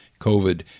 COVID